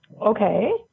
Okay